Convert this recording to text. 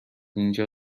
اینجا